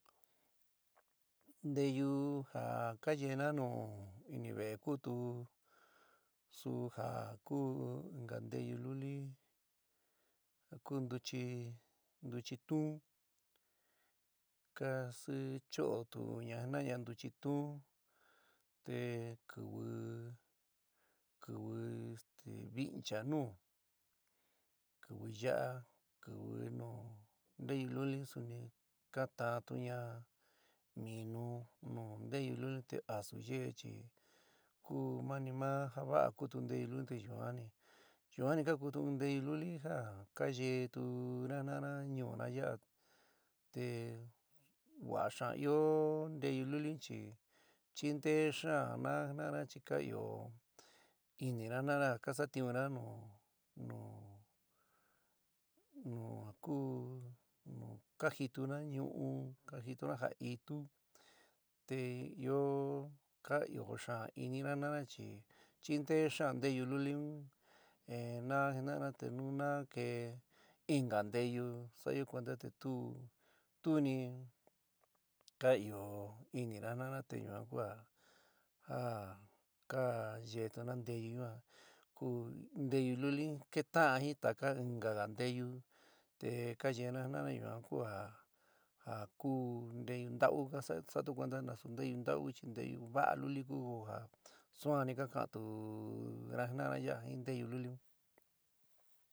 Nteyú ja kayéna nu iniveé kutu su ja ku inka nteyu luli ku ntuchi, ntuchi tuún, ka sichootuña jinaña ntuchi tuún te kiwi kiwi este vincha nuu, kiwi ya'a, kiwi nu nteyu luli suni ka taantuña minu nu nteyu luli un te asú yeé chi ku mani ma ja va'a kutu nteyu luli un te yuan ni ka kutu in nteyu luli ja ka yetuna jina'ana ñuúna yaá te va xaán ɨó nteyu luli un chi chinteé xaán na jina'ana chi ka ɨó inina jina'ana ja kasatiunna nu nu nu a ku kajituna ñu'u ka jituna ja'a itú te ɨó ka ɨó xaán inina jina'ana chi chinteé xaán nteyu luli un na jinaána te nu naá keé inka nteyu sa'ayo cuenta te tu tuni ka ɨó inina jina'ana te ñua kua ja ka yeétuna nteyu yuan ku nteyu luli un keta'an jin taka inka ja nteyu te kayeéna jina'ana yuan kua ja ku nteyu ntaú ka sa'o sa'ato kuenta ntasu nteyu ntaú chi nteyu vaá luli ku ja suan ni ka ka'antuna jinnaána yaa jin nteyu luli un.